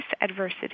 adversity